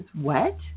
wet